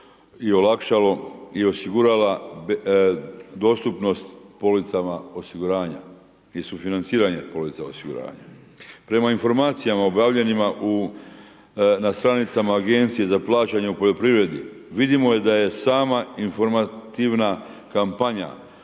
i osigurala dostupnost policama osiguranja i sufinanciranje polica osiguranja. Prema informacijama objavljenima na stranicama agencije za plaćanje u poljoprivredi vidljivo je da je sama informativna kampanja